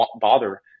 bother